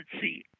see